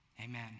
amen